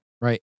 Right